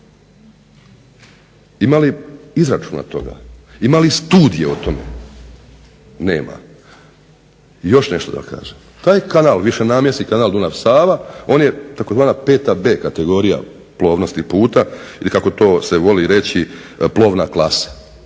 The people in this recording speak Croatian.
Ima li izračuna toga? Ima li studije o tome? Nema. I još nešto da kažem, taj kanal višenamjenski kanal Dunav-Sava on je tzv. 5b kategorija plovnosti puta ili kako to se voli reći plovna klasa.